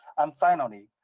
um finally,